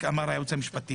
היועץ המשפטי,